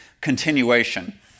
continuation